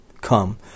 come